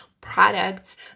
products